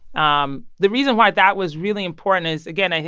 um the reason why that was really important is, again, i